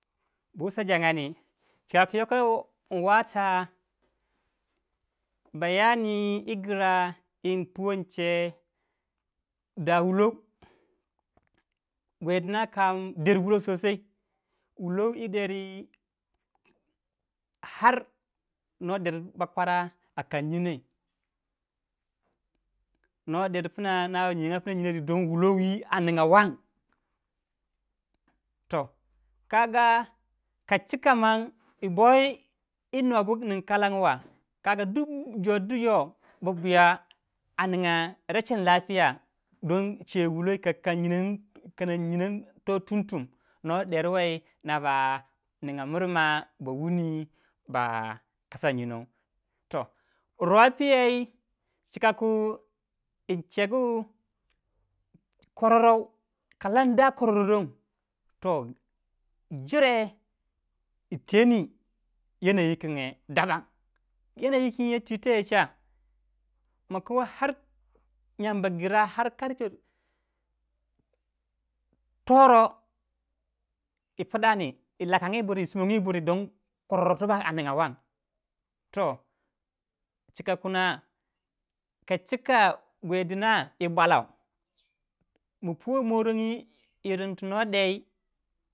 Bu wusa jagandi. chima ku yok in wata bayani yi gira in puwoh in che da wulow gwei dina kam der wulow wulow wu deri har no der bakwara a kanyinei. no der pna na ba nyiyanga pna nyinori don wulowi ninya wang. toh kaga ka chika mang yi boi nobu nin kalang wa jor diyo buya a ninga che wuloy ka kanani nyinor toh tum tum no der wei no ba ninga mirma ba wuni. ba kasa nyinow. rop yei cika kwi cegu kororow don jireh yiteni yanayi wu kinge dabang yanayi wi ti teye cha ma kinguwai har nyangu ba gra toroh yi pdani. yilakangi yi pdani sumongi buri don kororow tibak a ninga wang. toh chika kuna kachika gwei din yi bwolou ma puweih irin tu noh deii.